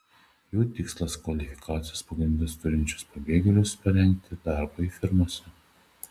jų tikslas kvalifikacijos pagrindus turinčius pabėgėlius parengti darbui firmose